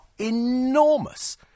enormous